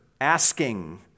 asking